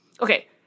okay